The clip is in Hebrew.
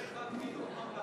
זה הכול.